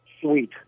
sweet